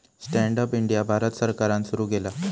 stand up India Bharat सरकारान सुरू केला